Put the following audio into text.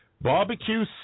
Barbecue